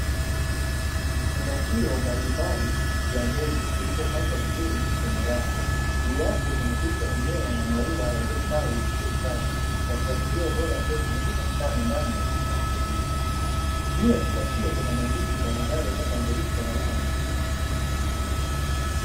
Vifungashio vya mbegu vilivyo pangwa vizuri kwenye rafu juu yake kunapicha ya mimea na maua yaliyostawi vizuri sana yakiashiria ubora wa mbegu zinazopatikana ndani ya vifungashio hivyo, juu ya vigungashio hivyo kuna maandishi yanayotambulisha aina ya mbegu.